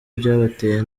byabateye